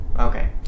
Okay